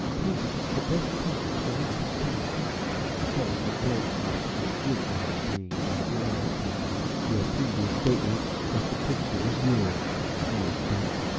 painted the best part of the last stand senator blake must forgive my being misled by your previous statement that the picture was yours, sneered dunk.